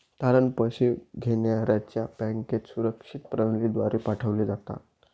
तारणे पैसे घेण्याऱ्याच्या बँकेत सुरक्षित प्रणालीद्वारे पाठवले जातात